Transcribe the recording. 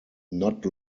not